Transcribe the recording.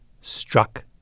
Struck